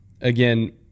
again